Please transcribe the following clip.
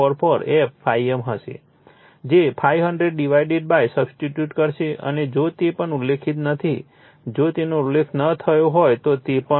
44 f ∅m હશે જે 500 divided substitute હશે અને જો તે પણ ઉલ્લેખિત નથી જો તેનો ઉલ્લેખ ન થયો હોય તો પણ